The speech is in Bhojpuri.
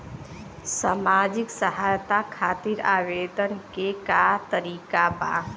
सामाजिक सहायता खातिर आवेदन के का तरीका बा?